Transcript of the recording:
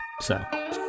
So-